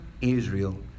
Israel